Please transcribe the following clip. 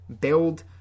Build